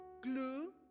glue